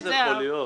איך יכול להיות?